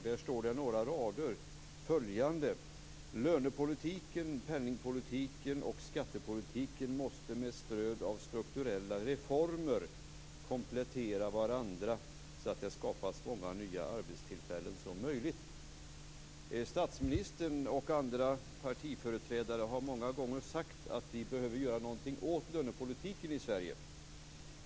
Där står på några rader följande: Lönepolitiken, penningpolitiken och skattepolitiken måste med stöd av strukturella reformer komplettera varandra så att det skapas så många nya arbetstillfällen som möjligt. Statsministern och andra partiföreträdare har många gånger sagt att vi behöver göra någonting åt lönepolitiken i Sverige.